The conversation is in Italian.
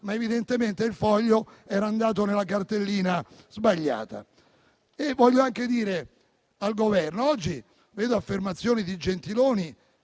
ma evidentemente il relativo foglio era andato nella cartellina sbagliata. Voglio anche dire al Governo che oggi leggo affermazioni di Gentiloni